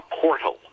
portal